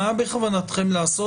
מה בכוונתכם לעשות,